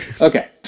Okay